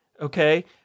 Okay